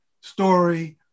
story